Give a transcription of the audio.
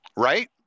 Right